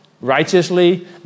righteously